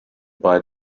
buy